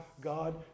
God